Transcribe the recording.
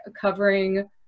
covering